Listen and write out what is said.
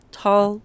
tall